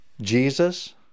Jesus